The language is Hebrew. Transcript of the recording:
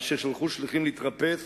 על ששלחו שליחים להתרפס